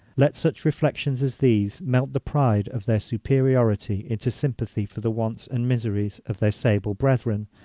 let such reflections as these melt the pride of their superiority into sympathy for the wants and miseries of their sable brethren,